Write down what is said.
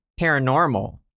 paranormal